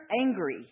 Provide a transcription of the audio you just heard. angry